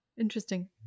interesting